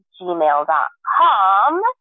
gmail.com